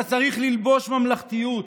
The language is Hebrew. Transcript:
אתה צריך ללבוש ממלכתיות.